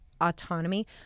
autonomy